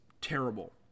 terrible